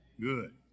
Good